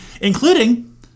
including